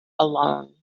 alone